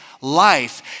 life